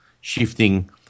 shifting